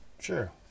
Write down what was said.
Sure